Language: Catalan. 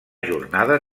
jornada